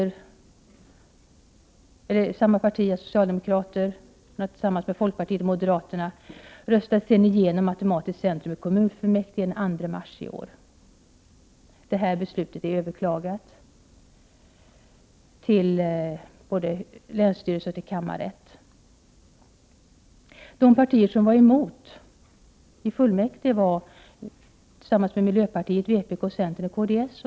Socialdemokraterna, folkpartiet och moderaterna röstade sedan igenom matematiskt centrum i kommunfullmäktige den 2 mars i år. Det beslutet är överklagat till både länsstyrelse och kammarrätt. De partier som var emot i fullmäktige var miljöpartiet, vpk, centern och kds.